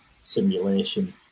simulation